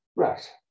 Right